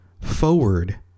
forward